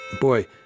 Boy